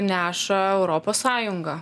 neša europos sąjunga